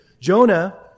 Jonah